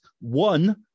one